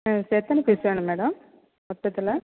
ம் சரி எத்தனை பீஸ் வேணும் மேடம் மொத்தத்தில்